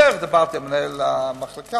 בדרך דיברתי עם מנהל המחלקה.